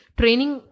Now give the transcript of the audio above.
training